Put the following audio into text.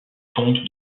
compte